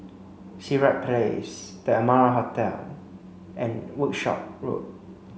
Sirat Place The Amara Hotel and Workshop Road